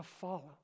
follow